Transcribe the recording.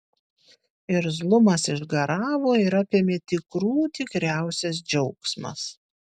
irzlumas išgaravo ir apėmė tikrų tikriausias džiaugsmas